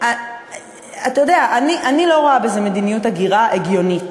אני לא רואה בזה מדיניות הגירה הגיונית,